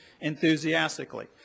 enthusiastically